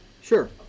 Sure